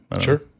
Sure